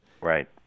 Right